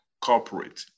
corporate